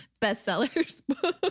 bestsellers